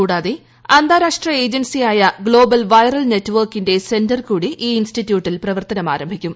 കൂടാതെ അന്താരാഷ്ട്ര ഏജൻസിയായ ഗ്ലോബൽ വൈറൽ നെറ്റ് വർക്കിന്റെ സെന്റർ കൂടി ഈ ഇൻസ്റ്റിറ്റ്യൂട്ടിൽ പ്രവർത്തനം ആരംഭിക്കും